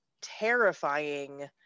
terrifying